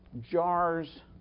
Jars